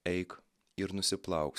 eik ir nusiplauk